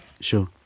Sure